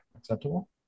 Acceptable